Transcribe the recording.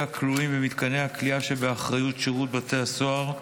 הכלואים במתקני הכליאה שבאחריות שירות בתי הסוהר,